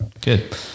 Good